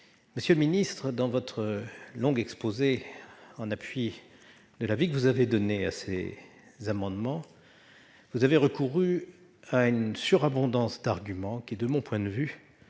Monsieur le ministre, dans votre long exposé en appui de l'avis que vous avez donné sur ces amendements, vous avez recouru à une surabondance d'arguments, ce qui, de mon point de vue,